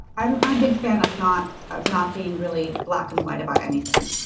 i'm i'm a big fan of not of not being really black-and white about anything.